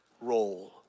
role